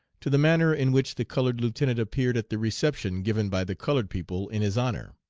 to the manner in which the colored lieutenant appeared at the reception given by the colored people in his honor.